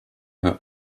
her